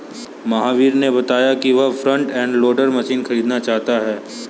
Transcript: महावीर ने बताया कि वह फ्रंट एंड लोडर मशीन खरीदना चाहता है